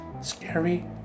scary